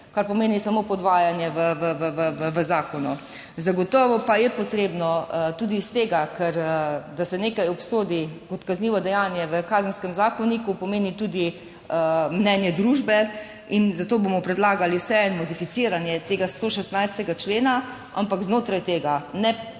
kar pomeni samo podvajanje v zakonu. Zagotovo pa je potrebno tudi zaradi tega, ker da se nekaj obsoditi kot kaznivo dejanje v Kazenskem zakoniku, pomeni tudi mnenje družbe, zato bomo vseeno predlagali modificiranje tega 116. člena, ampak znotraj tega zaenkrat ne